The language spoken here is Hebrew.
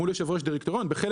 מול יושב-ראש דירקטוריון.